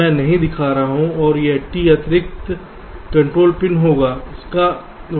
तो D मैं नहीं दिखा रहा हूं और यह T अतिरिक्त अतिरिक्त कंट्रोल पिन होगा